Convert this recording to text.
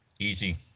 easy